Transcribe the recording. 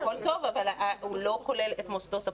הכול טוב, אבל הוא לא כולל את מוסדות הפטור.